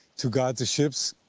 to guide the ships.